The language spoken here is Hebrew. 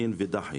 נין ודחי.